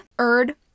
erd